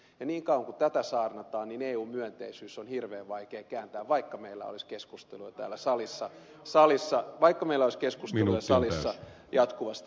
ja niin kauan kuin tätä saarnataan eu myönteisyyttä on hirveän vaikea kääntää vaikka meillä olisi keskusteluja täällä salissa salissa vaikka me laskee salissa jatkuvasti